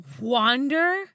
wander